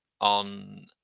on